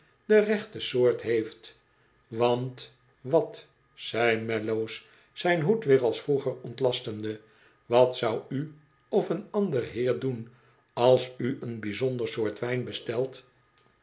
de rechte soort heeft want wat zei mellows zijn hoed weer als vroeger ontlastende wat zou u of oen ander heer doen als u een bijzonder soort wijn bestelt